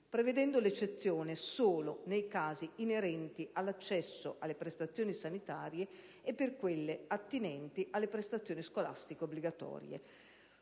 facendo eccezione solo nei casi inerenti l'accesso alle prestazioni sanitarie e quelli attinenti alle prestazioni scolastiche obbligatorie.